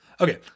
Okay